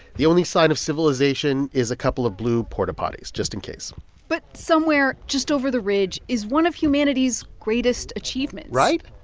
the only sign of civilization is a couple of blue port-a-potties just in case but somewhere just over the ridge is one of humanity's greatest achievements right.